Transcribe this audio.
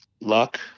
Luck